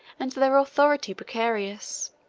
and their authority precarious.